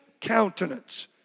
countenance